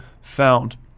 found